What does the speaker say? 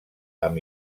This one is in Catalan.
amb